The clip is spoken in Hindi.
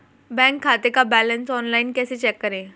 बैंक खाते का बैलेंस ऑनलाइन कैसे चेक करें?